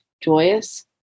joyous